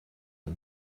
and